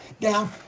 down